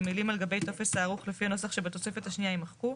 המילים "על גבי טופס הערוך לפי הנוסח שבתוספת השנייה" יימחקו.